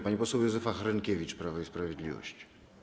Pani poseł Józefa Hrynkiewicz, Prawo i Sprawiedliwość.